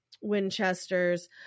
Winchester's